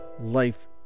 life